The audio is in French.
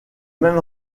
même